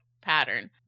pattern